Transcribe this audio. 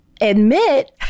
admit